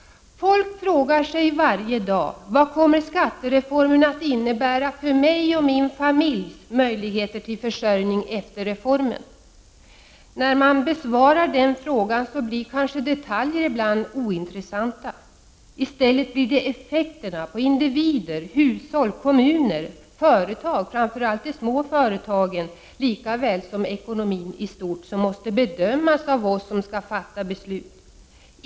Folk frågar sig varje dag: Vad kommer skattereformen att innebära för mig och för min familjs möjligheter till försörjning efter reformen? När man besvarar den frågan blir kanske detaljer ibland ointressanta. I stället blir det effekterna för individer, hushåll, kommuner, företag — framför allt de små företagen — lika väl som ekonomin i stort som måste bedömas av oss som skall fatta beslut.